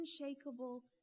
unshakable